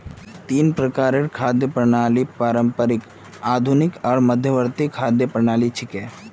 तीन प्रकारेर खाद्य प्रणालि पारंपरिक, आधुनिक आर मध्यवर्ती खाद्य प्रणालि छिके